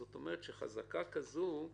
אני